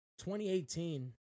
2018